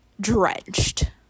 drenched